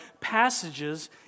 passages